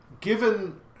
Given